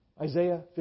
Isaiah